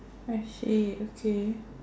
I see okay